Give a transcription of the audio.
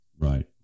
Right